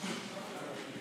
הזמנים.